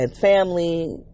Family